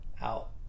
out